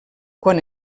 quan